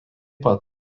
pat